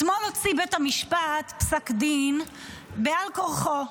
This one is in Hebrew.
אתמול הוציא בית המשפט פסק דין בעל כורחו,